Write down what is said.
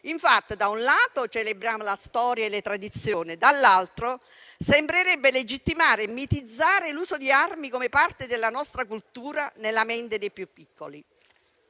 Infatti, da un lato, celebriamo la storia e le tradizioni e, dall'altro, sembrerebbe legittimare e mitizzare l'uso di armi come parte della nostra cultura nella mente dei più piccoli.